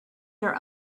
your